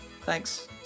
thanks